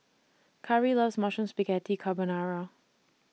Khari loves Mushroom Spaghetti Carbonara